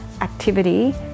activity